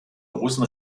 großen